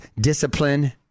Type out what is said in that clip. discipline